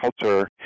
culture